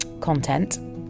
content